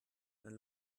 dann